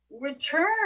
return